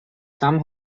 some